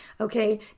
okay